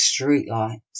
streetlights